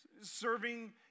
serving